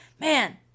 Man